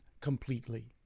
completely